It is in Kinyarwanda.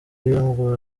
biramugora